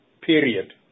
period